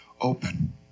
open